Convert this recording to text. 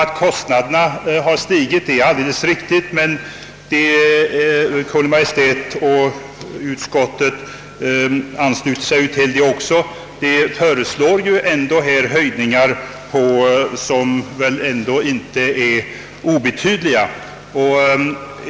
Att kostnaderna har stigit är alldeles riktigt, men Kungl. Maj:t och utskottet har beaktat detta och föreslår höjningar som ändå inte är obetydliga.